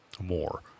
more